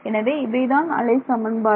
எனவே இவை தான் அலைச் சமன்பாடு